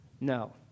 No